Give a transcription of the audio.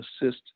assist